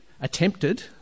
attempted